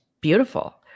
beautiful